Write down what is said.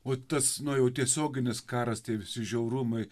o tas na jau tiesioginis karas tie visi žiaurumai